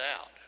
out